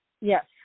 Yes